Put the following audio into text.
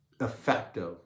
effective